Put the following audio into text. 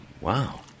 Wow